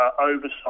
Oversight